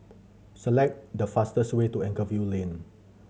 select the fastest way to Anchorvale Lane